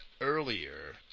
earlier